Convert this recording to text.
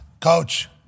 Coach